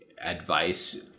advice